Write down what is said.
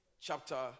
chapter